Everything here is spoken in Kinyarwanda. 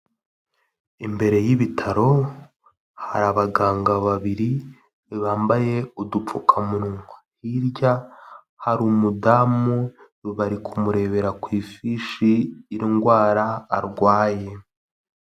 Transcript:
Imbere y'ibitaro hari abaganga babiri bambaye udupfukamunwa, hirya hari umudamu bari kumurebera ku ifishi indwara arwaye.